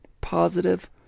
positive